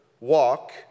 walk